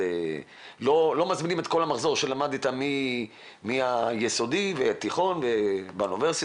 לא מזמינים את כל המחזור שלמד איתם מהיסודי ובתיכון או באוניברסיטה,